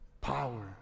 power